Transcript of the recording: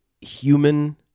human